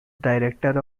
director